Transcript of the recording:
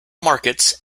markets